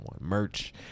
merch